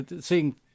seeing